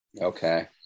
Okay